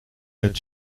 that